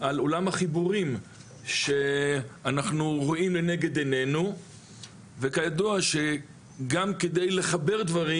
על עולם החיבורים שאנחנו רואים לנגד עינינו וכידוע שגם כדי לחבר דברים